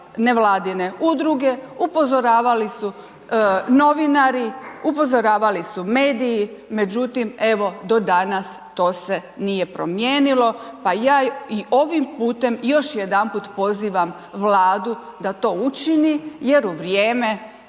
ne vladine udruge, upozoravali su novinari, upozoravali su mediji, međutim, evo do danas to se nije promijenilo. Pa ja i ovim putem još jedanput pozivam Vladu da to učini jer u vrijeme